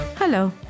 Hello